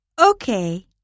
Okay